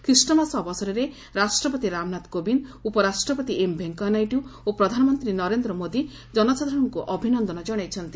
Christmas ଅବସରରେ ରାଷ୍ଟ୍ରପତି ରାମନାଥ କୋବିନ୍ଦ ଉପରାଷ୍ଟ୍ରପତି ଏମ୍ ଭେଙ୍କେୟା ନାଇଡ଼ୁ ଓ ପ୍ରଧାନମନ୍ତ୍ରୀ ନରେନ୍ଦ୍ର ମୋଦି ଜନସାଧାରଣଙ୍କୁ ଅଭିନନ୍ଦନ ଜଣାଇଛନ୍ତି